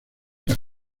las